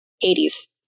Hades